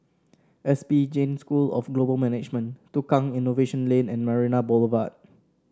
S P Jain School of Global Management Tukang Innovation Lane and Marina Boulevard